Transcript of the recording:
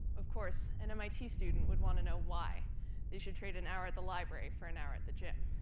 of course an mit student would want know why they should trade an hour at the library for an hour at the gym.